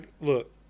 Look